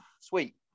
Sweet